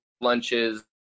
lunches